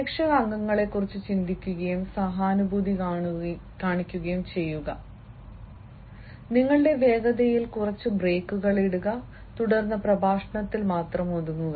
പ്രേക്ഷക അംഗങ്ങളെക്കുറിച്ച് ചിന്തിക്കുകയും സഹാനുഭൂതി കാണിക്കുകയും ചെയ്യുക നിങ്ങളുടെ വേഗതയിൽ കുറച്ച് ബ്രേക്കുകൾ ഇടുക തുടർന്ന് പ്രഭാഷണത്തിൽ മാത്രം ഒതുങ്ങുന്നു